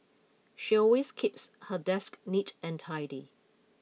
she always keeps her desk neat and tidy